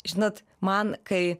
žinot man kai